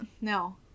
no